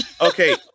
Okay